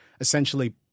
essentially